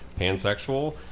pansexual